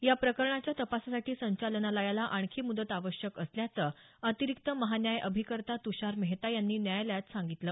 याप्रकरणाच्या तपासासाठी संचालनालयाला आणखी मुदतीची आवश्यकता असल्याचं अतिरिक्त अधिवक्ता जनरल तुषार मेहता यांनी न्यायालयात सांगितलं